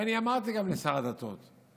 ואני אמרתי גם לשר הדתות: